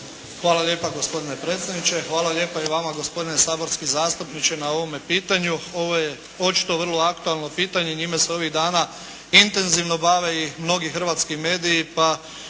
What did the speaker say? Hvala lijepa gospodine predsjedniče. Hvala lijepa i vama gospodine saborski zastupniče na ovome pitanju. Ovo je očito vrlo aktualno pitanje i njime su ovih dana intenzivno bave mnogi hrvatski mediji